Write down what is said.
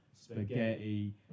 spaghetti